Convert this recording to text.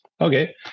Okay